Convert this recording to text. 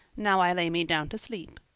now i lay me down to sleep.